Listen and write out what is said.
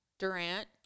Durant